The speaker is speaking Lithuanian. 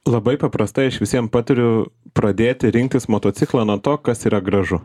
labai paprastai aš visiem patariu pradėti rinktis motociklą nuo to kas yra gražu